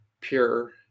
Pure